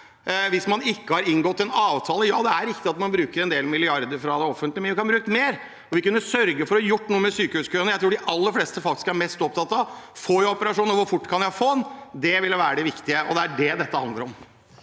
hvis man ikke har inngått en avtale. Ja, det er riktig at man bruker en del milliarder fra det offentlige, men vi kunne brukt mer, og vi kunne sørget for å få gjort noe med sykehuskøene. Jeg tror de aller fleste er mest opptatt av om de får operasjon, og hvor fort de kan få den. Det ville være det viktige, og det er det dette handler om.